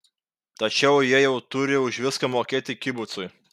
tačiau jie jau turi už viską mokėti kibucui